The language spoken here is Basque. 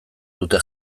dute